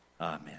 Amen